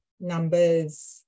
numbers